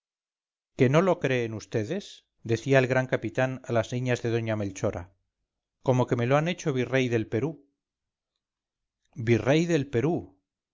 que no lo creen ustedes decía el gran capitán a las niñas de doña melchora como que me lo han hecho virrey del perú virrey del perú